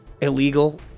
illegal